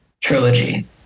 trilogy